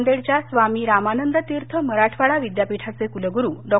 नांदेडच्या स्वामी रामानंदतिर्थ मराठवाडा विद्यापीठाचे कुलगुरू डॉ